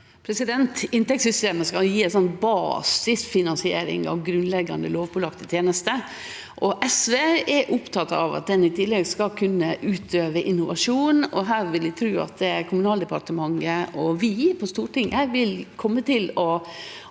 Inntektssys- temet skal gje ei basisfinansiering av grunnleggjande lovpålagde tenester, og SV er oppteke av at ein i tillegg skal kunne utøve innovasjon. Her vil eg tru at Kommunaldepartementet og vi på Stortinget vil kome til å